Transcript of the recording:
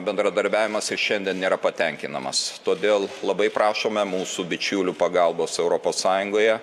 bendradarbiavimas ir šiandien nėra patenkinamas todėl labai prašome mūsų bičiulių pagalbos europos sąjungoje